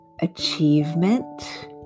Achievement